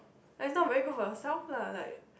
it's not very good for yourself lah like